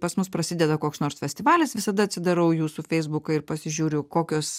pas mus prasideda koks nors festivalis visada atsidarau jūsų feisbuką ir pasižiūriu kokios